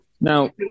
Now